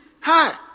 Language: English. Hi